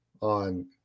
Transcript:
on